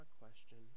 question